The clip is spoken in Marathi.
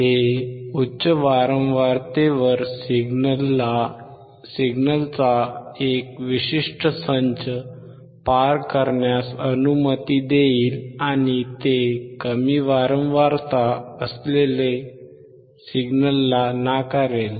हे उच्च वारंवारतेवर सिग्नलचा एक विशिष्ट संच पार करण्यास अनुमती देईल आणि ते कमी वारंवारता असलेल्या सिग्नलला नाकारेल